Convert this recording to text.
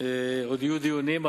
עוד יהיו דיונים.